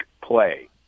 play